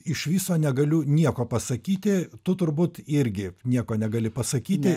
iš viso negaliu nieko pasakyti tu turbūt irgi nieko negali pasakyti